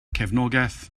cefnogaeth